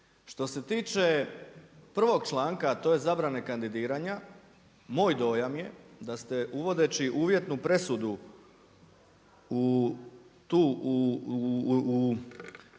Što se tiče 1. članka a to je zabrane kandidiranja moj dojam je da ste uvodeći uvjetnu presudu u